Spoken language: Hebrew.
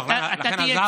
אתה, לא, לכן עזרתי לך.